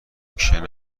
کشد